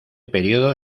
periodo